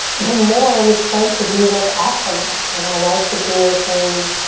the more we start to do this off the mat. in our life situations,